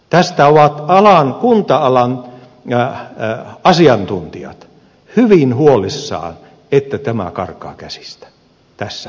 tästä ovat kunta alan asiantuntijat hyvin huolissaan että tämä karkaa käsistä tässä mielessä